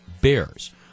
bears